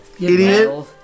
Idiot